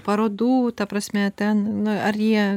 parodų ta prasme ten na ar jie